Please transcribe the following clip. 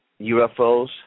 UFOs